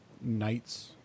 knights